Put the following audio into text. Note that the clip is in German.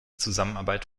zusammenarbeit